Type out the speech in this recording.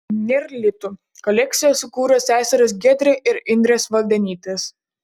nėr litų kolekciją sukūrė seserys giedrė ir indrė svaldenytės